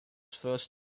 first